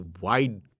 wide